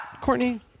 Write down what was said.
Courtney